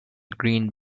green